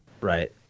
Right